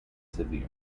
severe